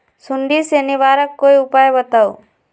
सुडी से निवारक कोई उपाय बताऊँ?